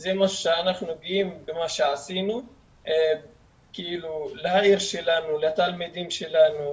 זה משהו שאנחנו גאים במה שעשינו לעיר ולתלמידים שלנו,